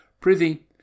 Prithee